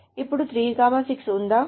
అప్పుడు 3 6 ఉందా